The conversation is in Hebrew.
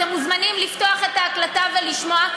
אתם מוזמנים לפתוח את ההקלטה ולשמוע.